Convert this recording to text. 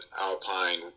alpine